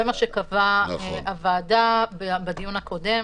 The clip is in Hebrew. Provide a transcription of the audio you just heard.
זה מה שקבעה הוועדה בדיון הקודם.